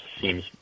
seems